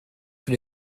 sur